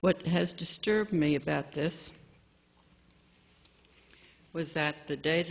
what has disturbed me about this was that the da